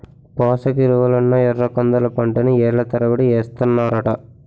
పోసకిలువలున్న ఎర్రకందుల పంటని ఏళ్ళ తరబడి ఏస్తన్నారట